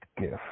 gift